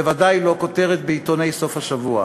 בוודאי לא כותרת בעיתוני סוף השבוע.